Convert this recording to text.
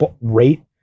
rate